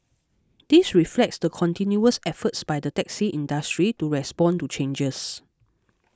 this reflects the continuous efforts by the taxi industry to respond to changes